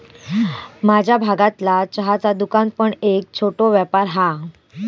माझ्या भागतला चहाचा दुकान पण एक छोटो व्यापार हा